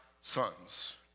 sons